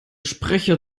sprecher